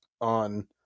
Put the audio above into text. on